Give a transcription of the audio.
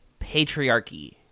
patriarchy